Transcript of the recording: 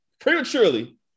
prematurely